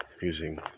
using